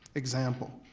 example,